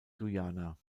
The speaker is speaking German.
guyana